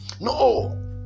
No